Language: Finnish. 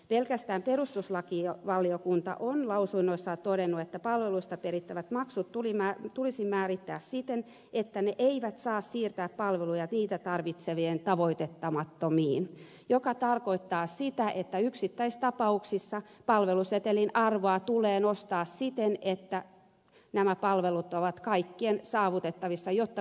pelkästään perustuslakivaliokunta on lausunnossaan todennut että palveluista perittävät maksut tulisi määrittää siten että ne eivät saa siirtää palveluja niitä tarvitsevien tavoittamattomiin mikä tarkoittaa sitä että yksittäistapauksissa palvelusetelin arvoa tulee nostaa siten että nämä palvelut ovat kaikkien saavutettavissa jotta perustuslakivaliokunnan lausuntoa noudatetaan